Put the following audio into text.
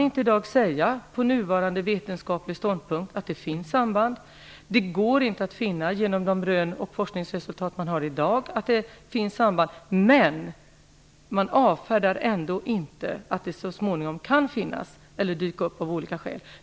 I dag kan man inte, med nuvarande vetenskapliga ståndpunkt, säga att det finns samband. Genom de rön och forskningsresultat som finns i dag kan man inte finna något samband. Men man avfärdar ändå inte att det så småningom kan komma att bevisas att det finns ett sådant samband.